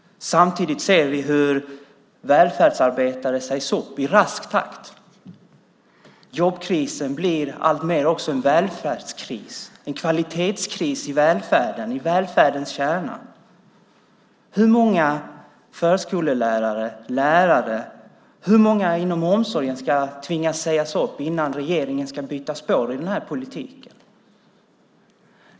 Samtidigt ser vi hur välfärdsarbetare sägs upp i rask takt. Jobbkrisen blir alltmer också en välfärdskris, en kvalitetskris i välfärden, i välfärdens kärna. Hur många förskollärare och lärare och hur många inom omsorgen ska behöva sägas upp innan regeringen ska byta spår i den här politiken?